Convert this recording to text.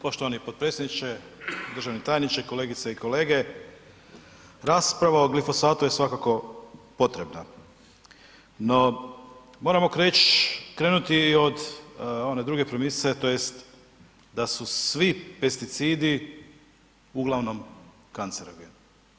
Poštovani potpredsjedniče, državni tajniče, kolegice i kolege, raspravu o glifosatu je svakako potrebna, no moramo krenuti od one druge premise tj. da su svi pesticidi uglavnom kancerogeni.